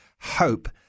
hope